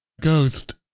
Ghost